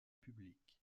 public